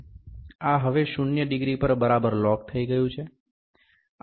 આ હવે શૂન્ય ડિગ્રી પર બરાબર લોક થઈ ગયું છે